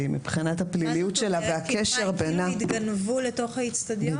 שמבחינת הפליליות שלה והקשר בינה --- כאילו התגנבו לתוך האצטדיון?